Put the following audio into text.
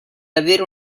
avere